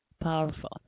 powerful